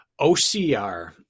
OCR